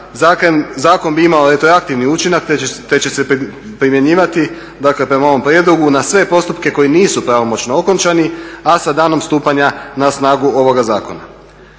zakon bi imao retroaktivni učinak te će se primjenjivati dakle prema ovom prijedlogu na sve postupke koje nisu pravomoćno okončani a sa danom stupanja na snagu ovoga zakona.